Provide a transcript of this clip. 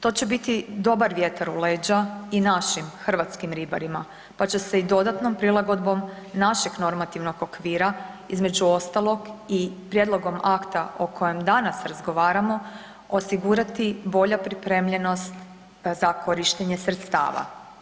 To će biti dobar vjetar u leđa i našim hrvatskim ribarima, pa će se i dodatnom prilagodbom našeg normativnog okvira između ostalog i prijedlogom akta o kojem danas razgovaramo osigurati bolja pripremljenost za korištenje sredstava.